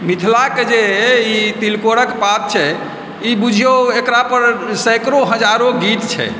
मिथिलाके जे ई तिलकोरके पात छै ई बुझियौ एकरापर सैकड़ो हजारो गीत छै